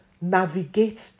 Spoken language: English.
navigate